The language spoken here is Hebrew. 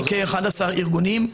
יש כ-11 ארגונים,